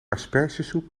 aspergesoep